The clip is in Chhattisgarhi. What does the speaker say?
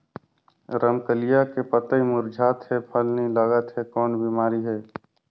रमकलिया के पतई मुरझात हे फल नी लागत हे कौन बिमारी हे?